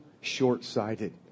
short-sighted